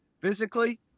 Physically